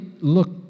look